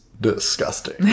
disgusting